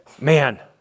Man